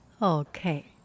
Okay